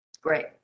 Great